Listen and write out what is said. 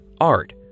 art